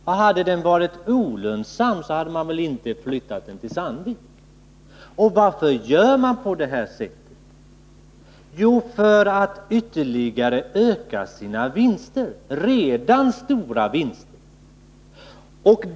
Hade produktionen varit olönsam hade man väl inte flyttat den till Sandvik. Varför gör man på det här sättet? Jo, därför att man vill ytterligare öka sina redan stora vinster.